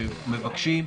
שמבקשים,